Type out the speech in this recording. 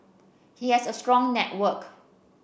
he has a strong network